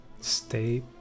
Stay